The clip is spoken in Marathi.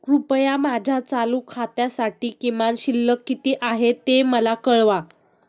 कृपया माझ्या चालू खात्यासाठी किमान शिल्लक किती आहे ते मला कळवा